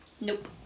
Nope